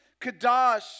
Kadosh